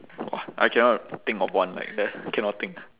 !wah! I cannot think of one like that cannot think